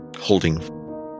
holding